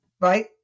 right